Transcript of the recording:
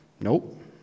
Nope